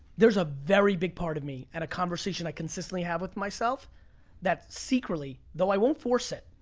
there's a very big part of me and a conversation i consistently have with myself that secretly, though i won't force it.